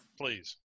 please